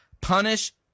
punish